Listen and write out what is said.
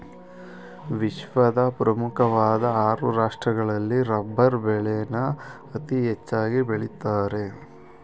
ವಿಶ್ವದ ಪ್ರಮುಖ್ವಾಧ್ ಆರು ರಾಷ್ಟ್ರಗಳಲ್ಲಿ ರಬ್ಬರ್ ಬೆಳೆನ ಅತೀ ಹೆಚ್ಚಾಗ್ ಬೆಳಿತಾರೆ